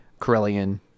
Corellian